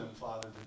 Father